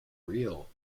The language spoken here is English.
real